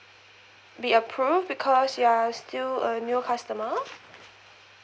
be approved because you're still a new customer